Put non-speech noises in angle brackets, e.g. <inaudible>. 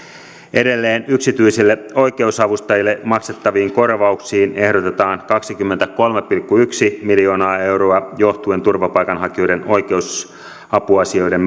edelleen yksityisille oikeusavustajille maksettaviin korvauksiin ehdotetaan kaksikymmentäkolme pilkku yksi miljoonaa euroa johtuen turvapaikanhakijoiden oikeusapuasioiden <unintelligible>